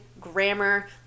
grammar